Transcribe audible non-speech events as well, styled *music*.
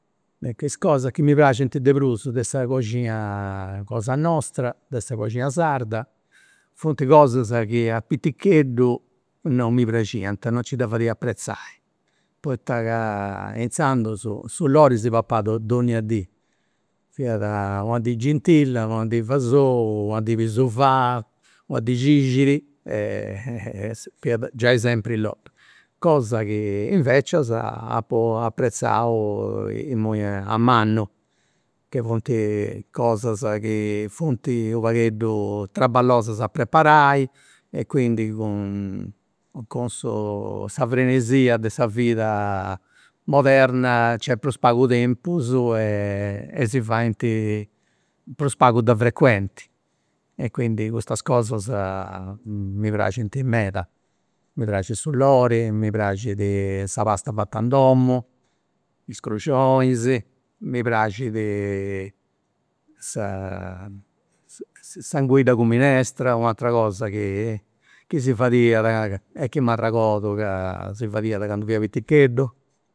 Is cosas chi mi praxint de prus de sa coxina cosa nostra, de sa coxina sarda, funt cosas chi a piticheddu non mi praxiant, non nci dda fadia a dd'apprezai, poita ca inzandus su lori si papat donnia dì, fiat una dì gintilla, una dì fasou, una dì pisufà, una dì cixiri *hesitation* e fiat giai sempri lori. Cosa chi invecias apu aprezau imui a mannu ca funt cosas chi funt u' pagheddu traballosas a preparai e quindi cun cun su *hesitation* sa frenesia de sa vida moderna nc'est prus pagu tempus *hesitation* e in prus si faint prus pagu de frecuenti, e quindi custas cosas mi praxint meda, mi praxit su lori, mi praxit sa pasta fata in domu, is cruxonis, mi praxit sa *hesitation* s'angidda cun minestra, u'atera cosa chi chi si fadiat e m'arregordu ca si fadiat candu fia piticheddu